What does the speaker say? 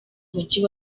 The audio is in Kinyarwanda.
mujyi